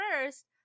first